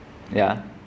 ya